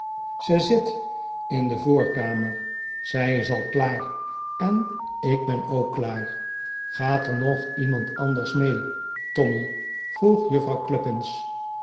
zij zit in de voorkamer zij is al klaar en ik ben ook klaar gaat er nog iemand anders mee tommy vroeg